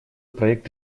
проект